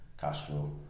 Castro